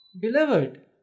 Beloved